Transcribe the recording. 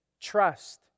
trust